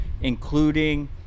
including